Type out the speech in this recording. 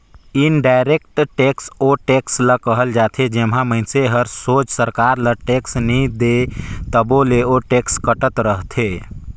indirect tax ओ tax ल कहल जाथे जेम्हां मइनसे हर सोझ सरकार ल टेक्स नी दे तबो ले ओ टेक्स कटत रहथे